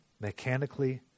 mechanically